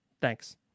Thanks